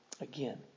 again